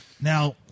Now